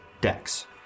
decks